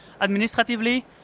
administratively